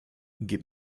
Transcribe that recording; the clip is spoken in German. gib